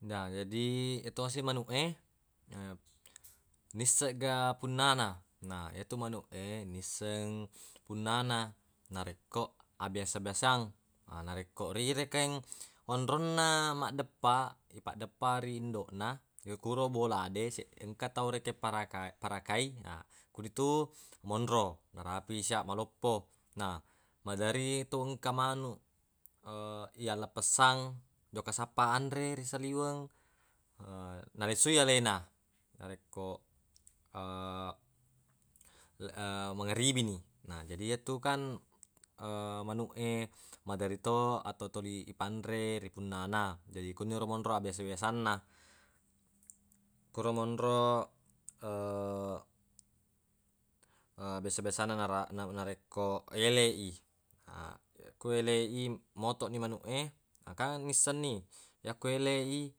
Na jadi ye tosi manuq e nisseng ga punnana na yetu manuq e nisseng punnana narekko abiasa-biasang narekko ri rekeng onronna maddeppa ipaddeppa ri indoq na ye koro bola de se- engka tau rekeng paraka- parakai na ko nitu monro narafi sia maloppo na maderitu engka manuq yappessang jokka sappa anre ri saliweng nalisui alena narekko mageribi ni na jadi yetu kan manuq e maderi to atau tuli ipanre ri punnana jadi koniro monro abiasa-biasanna koro monro abiasa-biasanna nara- narekko ele i ko ele i motoq ni manuq e na kan nissenni yakko ele i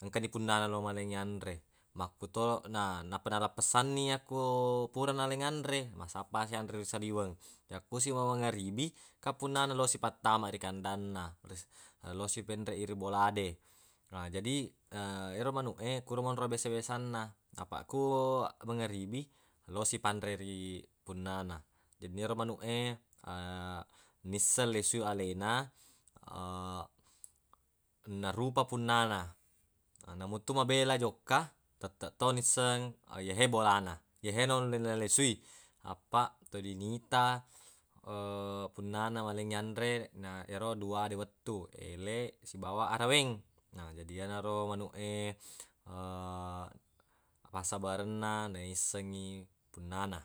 engka ni punnana lo malengngi anre makkuto na nappa nalleppessanni yakko pura naleng anre massappa si anre ri saliweng yakkosiro mageribi engka punnana losi pattamai ri kandanna losi penreq i ri bola de na jadi yero manuq e koro monro abiasa-biasanna apaq ku mageribi losi panre ri punnana jadi ero manuq e nisseng lesui alena narupa punnana namo to mabela jokka tetteq to nisseng yehe bolana yehe nonro nalesui apaq toli nita punnana malengngi anre na yero dua de wettu ele sibawa araweng na jadi yenaro manuq e fassabarenna naissengngi punnana